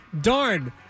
darn